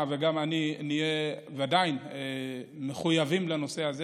וגם אני נהיה בוודאי מחויבים לנושא הזה.